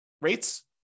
rates